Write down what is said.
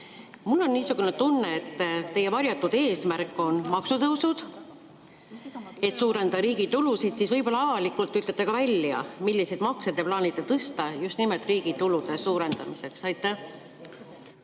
Mul on niisugune tunne, et teie varjatud eesmärk on maksutõusud, et suurendada riigi tulusid. Võib-olla te avalikult ütlete ka välja, milliseid makse te plaanite tõsta just nimelt riigi tulude suurendamiseks. Aitäh!